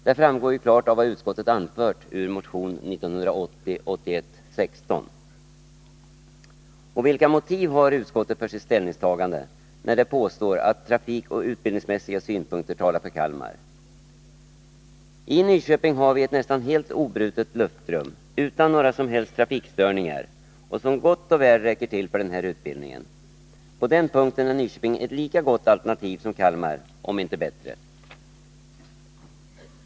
Det framgår ju klart av vad utskottet anfört ur motion 1980/81:16. Och vilka motiv har utskottet för sitt ställningstagande när det påstår att trafik Utbildning av pilooch utbildningsmässiga synpunkter talar för Kalmar? ter för den civila I Nyköping har vi ett nästan helt obrutet luftrum utan några som helst luftfarten trafikstörningar och som gott och väl räcker till för den här utbildningen. På den punkten är Nyköping ett lika gott alternativ som Kalmar — om inte bättre.